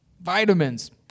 vitamins